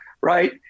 right